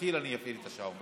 כשתתחיל אני אפעיל לך את השעון.